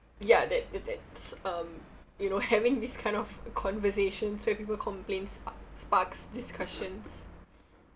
ya that that that's um you know having this kind of conversations where people complaints sp~ sparks discussions